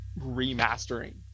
remastering